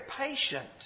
patient